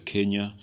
Kenya